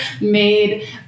made